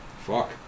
fuck